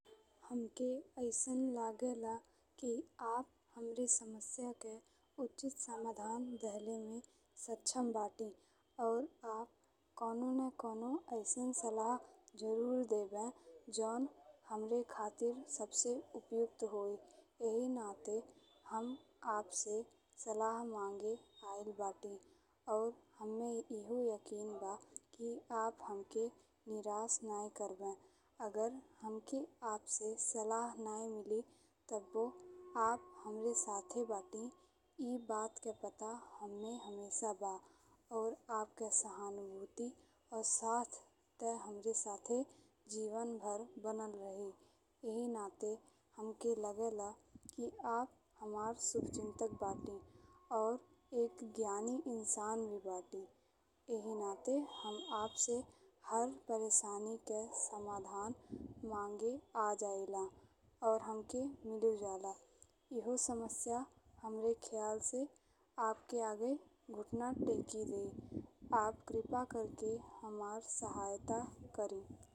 हमके अइसन का लगेला कि आप हमरे समस्या के उचित समाधान देहले में सक्षम बाटी और आप कउनो ने कउनो अइसन सलाह जरूर देबे जौन हमरे खातिर सबसे उपयुक्त होइ। एही नाते हम आपसे सलाह मांगे आइल बटी और हम्मे ईहो यकीन बा कि आप हमके निराश नाहीं करबे। अगर हमके आपसे सलाह नाहीं मिली तभो आप हमरे साथे बटी ई बात के पता हम्मे हमेशा बा और आपके सगानुभूति और साथ ते हमरे साथे जीवन भर बनल रही एही नाते हमके लागेला कि आप हमार शुभचिंतक बटी और एक ज्ञानी इंसान भी बाटी। एही नाते हम आपसे हर परेशानी के समाधान मांगे आ जाइला और हमके मिल जाला। ईहो समस्या हमरे खयाल से आपके आगे घुटना टेकी देई। आप कृपा कई के हमार सहायता करी।